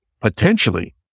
potentially